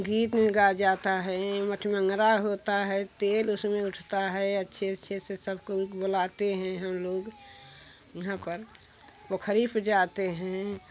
गीत गाया जाता है मठ मंगरा होता है तेल उसमें उठता है अच्छे अच्छे से सबको बुलाते हैं हम लोग यहाँ पर पोखरी पर जाते हैं